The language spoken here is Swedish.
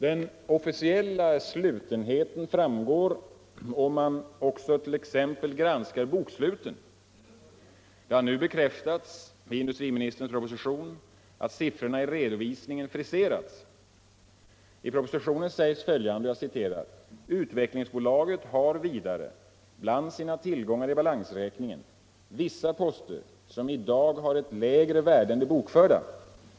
Den officiella slutenheten framgår också om man granskar boksluten. Det har nu bekräftats i industriministerns proposition att siffrorna i redovisningen friserats. I propositionen sägs följande: ”Utvecklingsbolaget har vidare bland sina tillgångar i balansräkningen vissa poster som i dag har ett lägre värde än det bokförda.